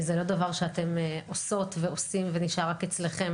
זה לא דבר שאתם עושות ועושים ונשאר רק אצלכם.